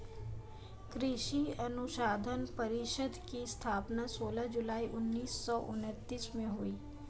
कृषि अनुसंधान परिषद की स्थापना सोलह जुलाई उन्नीस सौ उनत्तीस में हुई